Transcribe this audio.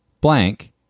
Blank